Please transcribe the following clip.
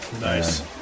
Nice